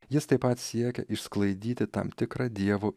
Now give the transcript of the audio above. jis taip pat siekia išsklaidyti tam tikrą dievo